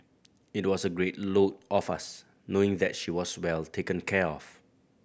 it was a great load off us knowing that she was well taken care of